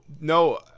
no